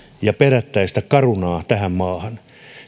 ja perättäistä carunaa tähän maahan